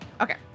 Okay